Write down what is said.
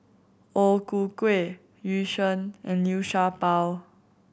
O Ku Kueh Yu Sheng and Liu Sha Bao